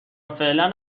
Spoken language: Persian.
فعلا